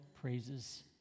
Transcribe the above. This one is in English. praises